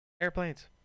Airplanes